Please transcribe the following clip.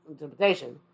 interpretation